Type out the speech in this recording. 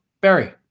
Barry